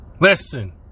Listen